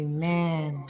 Amen